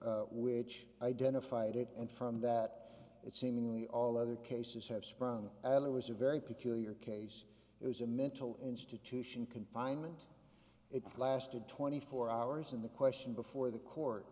adler which identified it and from that it seemingly all other cases have sprung eller was a very peculiar case it was a mental institution confinement it lasted twenty four hours and the question before the court